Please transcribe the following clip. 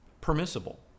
permissible